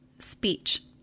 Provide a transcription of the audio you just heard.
speech